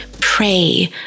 pray